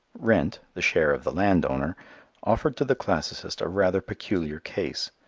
rent, the share of the land-owner, offered to the classicist a rather peculiar case.